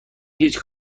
هیچ